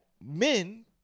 men